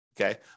okay